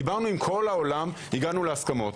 דיברנו עם כל העולם והגענו להסכמות.